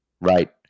Right